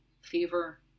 fever